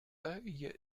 œil